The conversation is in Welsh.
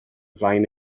flaen